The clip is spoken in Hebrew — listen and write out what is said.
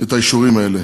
את האישורים האלה.